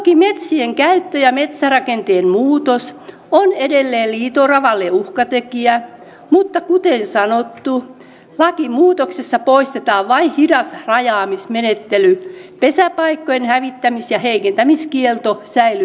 toki metsien käyttö ja metsärakenteen muutos ovat edelleen liito oravalle uhkatekijöitä mutta kuten sanottu lakimuutoksessa poistetaan vain hidas rajaamismenettely pesäpaikkojen hävittämis ja heikentämiskielto säilyy entisellään